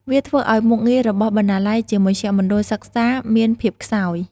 វាធ្វើឱ្យមុខងាររបស់បណ្ណាល័យជាមជ្ឈមណ្ឌលសិក្សាមានភាពខ្សោយ។